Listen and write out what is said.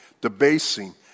debasing